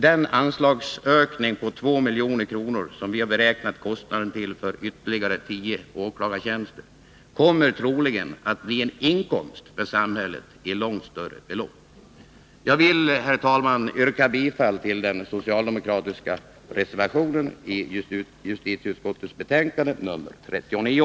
Den anslagsökning på 2 milj.kr. som vi har beräknat kostnaden till för ytterligare tio åklagartjänster kommer troligen att bli en inkomst för samhället med långt större belopp. Jag vill, herr talman, yrka bifall till den socialdemokratiska reservationen vid justitieutskottets betänkande nr 39.